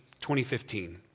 2015